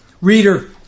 Reader